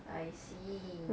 I see